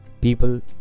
people